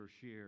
share